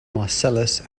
marcellus